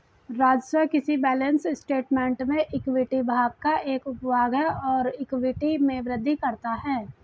राजस्व किसी balance statement में इक्विटी भाग का एक उपभाग है और इक्विटी में वृद्धि करता है